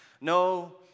No